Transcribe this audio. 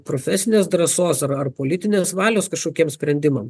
profesinės drąsos ar ar politinės valios kažkokiems sprendimam